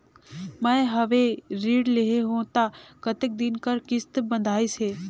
मैं हवे ऋण लेहे हों त कतेक दिन कर किस्त बंधाइस हे?